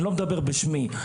אני לא מדבר בשמי,